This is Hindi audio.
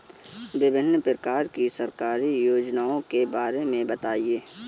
विभिन्न प्रकार की सरकारी योजनाओं के बारे में बताइए?